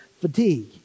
fatigue